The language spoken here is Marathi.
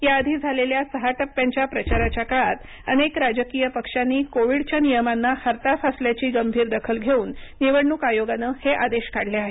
याआधी झालेल्या सहा टप्प्यांच्या प्रचाराच्या काळात अनेक राजकीय पक्षांनी कोविडच्या नियमांना हरताळ फासल्याची गंभीर दखल घेऊन निवडणूक आयोगानं हे आदेश काढले आहेत